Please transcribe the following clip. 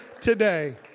today